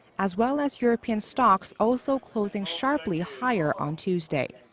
as well as european stocks also closing sharply higher on tuesday.